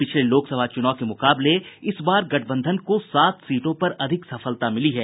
पिछले लोकसभा चूनाव के मुकाबले में इस बार गठबंधन को सात सीटों पर अधिक सफलता मिली है